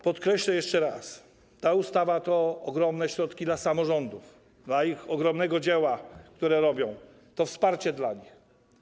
Podkreślę jeszcze raz: ta ustawa to ogromne środki dla samorządów, dla ich ogromnego dzieła, które robią, to wsparcie dla nich.